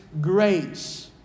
grace